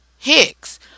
Hicks